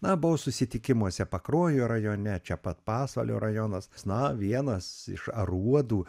na buvau susitikimuose pakruojo rajone čia pat pasvalio rajonas na vienas iš aruodų